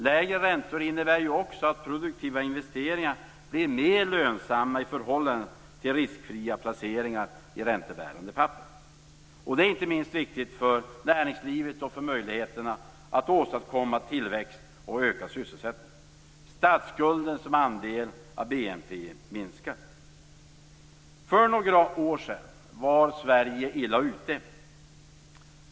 Lägre räntor innebär också att produktiva investeringar blir mer lönsamma i förhållande till riskfria placeringar i räntebärande papper. Det är inte minst viktigt för näringslivet och för möjligheterna att åstadkomma tillväxt och ökad sysselsättning. Statsskulden som andel av BNP minskar. För bara några år sedan var Sverige illa ute.